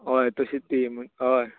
हय तशीच ती हय